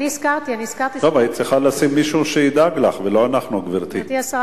היית צריכה לשים מישהו שידאג לך, לא אנחנו, גברתי.